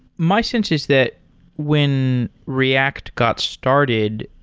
my sense is that when react got started,